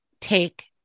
take